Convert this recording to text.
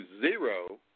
zero